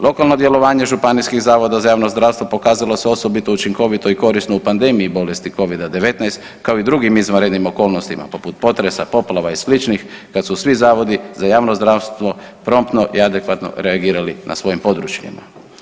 Lokalno djelovanje županijskih zavoda za javno zdravstvo pokazalo se osobito učinkovito i korisno u pandemiji bolesti Covida-19, kao i drugim izvanrednim okolnostima, poput potresa, poplava i sličnih, kad su svi zavodi za javno zdravstvo promptno i adekvatno reagirali na svojim područjima.